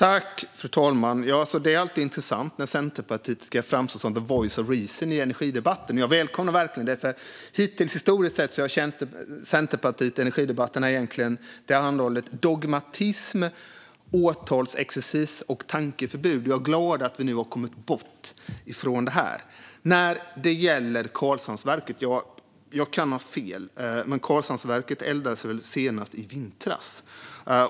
Fru talman! Det är alltid intressant när Centerpartiet ska framstå som the voice of reason i energidebatten. Jag välkomnar verkligen det, för historiskt har Centerpartiet i energidebatterna egentligen tillhandahållit dogmatism, åtalsexercis och tankeförbud. Jag är glad att vi nu har kommit bort från det. När det gäller Karlshamnsverket kan jag ha fel, men det eldades väl i Karlshamnsverket senast i vintras.